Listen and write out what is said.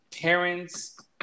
parents